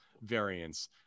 variants